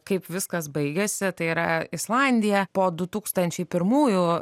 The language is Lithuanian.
kaip viskas baigėsi tai yra islandija po du tūkstančiai pirmųjų